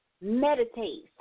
Meditate